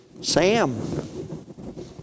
Sam